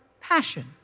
passion